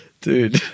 dude